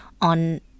on